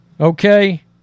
okay